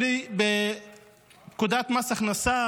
11 בפקודת מס הכנסה